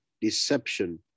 deception